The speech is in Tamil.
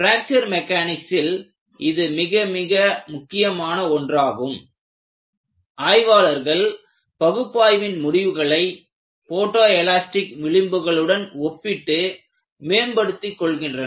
பிராக்சர் மெக்கானிக்ஸில் இது மிக மிக முக்கியமான ஒன்றாகும் ஆய்வாளர்கள் பகுப்பாய்வின் முடிவுகளை போட்டோ எலாஸ்டிக் விளிம்புகளுடன் ஒப்பிட்டு மேம்படுத்திக் கொள்கின்றனர்